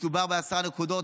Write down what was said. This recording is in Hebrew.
מדובר בעשר נקודות.